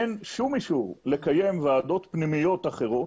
אין שום אישור לקיים ועדות פנימיות אחרות,